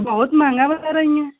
बहुत महँगा बता रही हैं